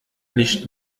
nicht